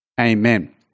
amen